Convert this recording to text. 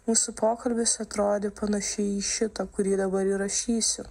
mūsų pokalbis atrodė panašiai į šitą kurį dabar įrašysiu